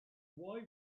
why